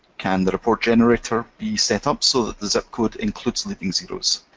can the report generator be set up so that the zip code includes leading zeros?